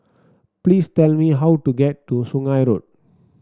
please tell me how to get to Sungei Road